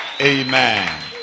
Amen